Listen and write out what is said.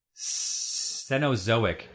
Cenozoic